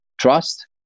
trust